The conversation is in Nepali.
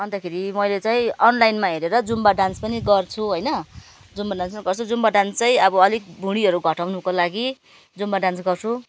अन्तखेरि मैले चाहिँ अनलाइनमा हेरेर जुम्बा डान्स पनि गर्छु होइन जुम्बा डान्समा गर्छु जुम्बा डान्स चाहिँ अब अलिक भुँडीहरू घटाउनुको लागि जुम्बा डान्स गर्छु अब